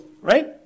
right